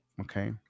Okay